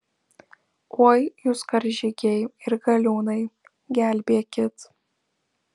oi jūs karžygiai ir galiūnai gelbėkit